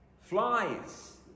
Flies